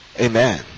Amen